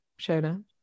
Shona